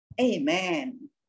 Amen